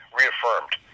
reaffirmed